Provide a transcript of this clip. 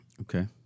Okay